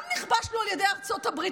גם נכבשנו על ידי ארצות הברית,